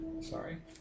Sorry